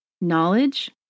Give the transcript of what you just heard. Knowledge